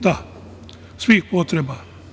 Da, svih potreba.